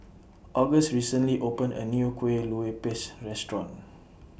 August recently opened A New Kue Lupis Restaurant